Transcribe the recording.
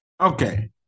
okay